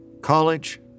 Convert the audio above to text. College